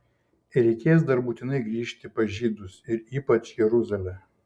reikės dar būtinai grįžti pas žydus ir ypač jeruzalę